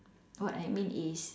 what I mean is